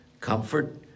comfort